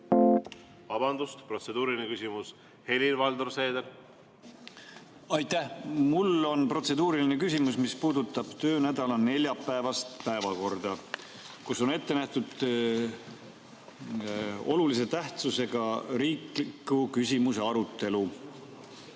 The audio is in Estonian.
Vabandust! Protseduuriline küsimus, Helir-Valdor Seeder. Aitäh! Mul on protseduuriline küsimus, mis puudutab töönädala neljapäevast päevakorda, kus on ette nähtud olulise tähtsusega riikliku küsimuse arutelu.